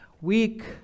Weak